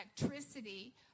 electricity